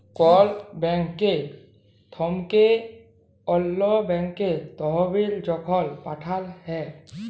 call bank থ্যাইকে অল্য ব্যাংকে তহবিল যখল পাঠাল হ্যয়